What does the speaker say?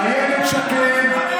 אילת שקד,